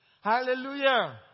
Hallelujah